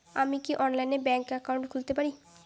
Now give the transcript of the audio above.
আমি কি অনলাইনে ব্যাংক একাউন্ট খুলতে পারি?